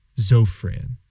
Zofran